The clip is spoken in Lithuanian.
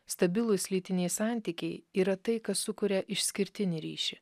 stabilūs lytiniai santykiai yra tai kas sukuria išskirtinį ryšį